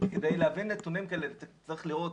כדי להביא נתונים צריך לראות